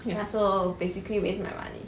ya so basically waste my money